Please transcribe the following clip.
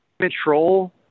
control